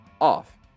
off